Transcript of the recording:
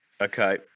Okay